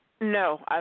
No